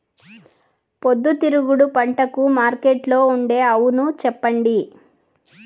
పొద్దుతిరుగుడు పంటకు మార్కెట్లో ఉండే అవును చెప్పండి?